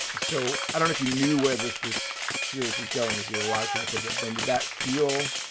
so i don't if you knew where this this series was going as you were watching it. but ben, did that feel?